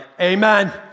amen